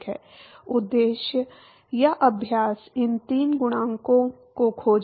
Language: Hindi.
उद्देश्य या अभ्यास इन 3 गुणांकों को खोजना है